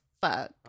fuck